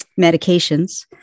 medications